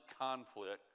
conflict